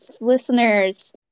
listeners